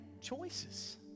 choices